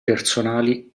personali